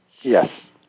Yes